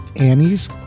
Annie's